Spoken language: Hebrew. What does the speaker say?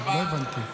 לא הבנתי.